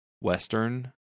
Western